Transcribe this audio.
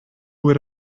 would